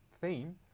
theme